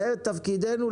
זה תפקידנו,